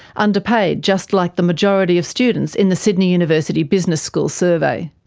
underpaid just like the majority of students in the sydney university business school survey.